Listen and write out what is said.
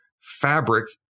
fabric